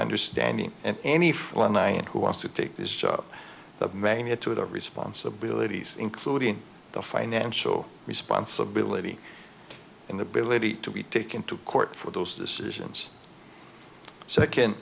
understanding and any finite who wants to take this job the magnitude of responsibilities including the financial responsibility in the believe it to be taken to court for those decisions second